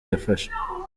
yafashe